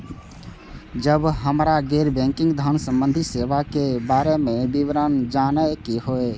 जब हमरा गैर बैंकिंग धान संबंधी सेवा के बारे में विवरण जानय के होय?